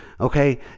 Okay